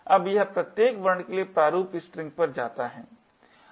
अब यह प्रत्येक वर्ण के लिए प्रारूप स्ट्रिंग पर जाता है